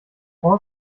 all